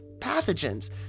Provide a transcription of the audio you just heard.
pathogens